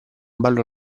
ballo